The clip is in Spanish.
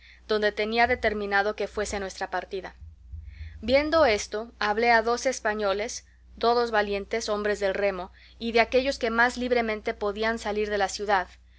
donde tenía determinado que fuese nuestra partida viendo esto hablé a doce españoles todos valientes hombres del remo y de aquellos que más libremente podían salir de la ciudad